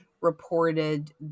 reported